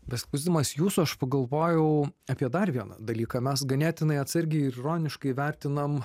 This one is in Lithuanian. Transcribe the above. besiklausydamas jūsų aš pagalvojau apie dar vieną dalyką mes ganėtinai atsargiai ir ironiškai vertinam